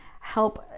help